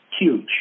huge